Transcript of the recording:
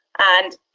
and